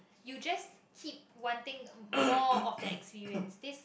you just keep one thing more of that experience this